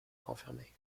confirmer